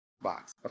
box